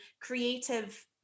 creative